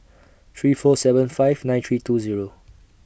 three four seven five nine three two Zero